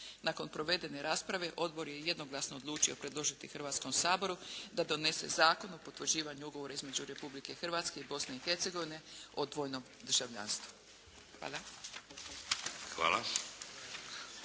Nakon provedene rasprave odbor je jednoglasno odlučio predložiti Hrvatskom saboru da donese Zakon o potvrđivanju Ugovora između Republike Hrvatske i Bosne i Hercegovine o dvojnom državljanstvu. Hvala.